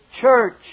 church